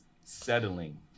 settling